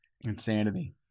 Insanity